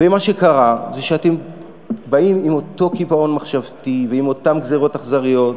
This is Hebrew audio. מה שקרה זה שאתם באים עם אותו קיבעון מחשבתי ועם אותן גזירות אכזריות,